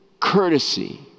courtesy